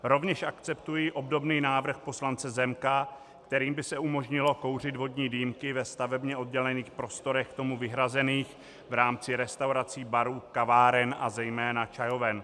Rovněž akceptuji obdobný návrh poslance Zemka, kterým by se umožnilo kouřit vodní dýmky ve stavebně oddělených prostorech k tomu vyhrazených v rámci restaurací, barů, kaváren a zejména čajoven.